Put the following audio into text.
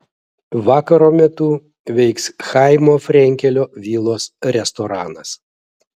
vakaro metu veiks chaimo frenkelio vilos restoranas